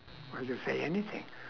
I'll just say anything